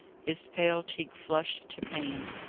his pale cheek flushed to pain,